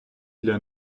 для